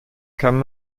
kann